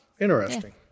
Interesting